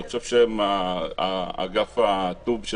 אני חושב שאגף אטו"ב,